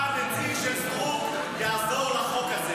אבל יש לי שאלה: מה הנציג של סטרוק יעזור לחוק הזה?